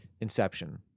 Inception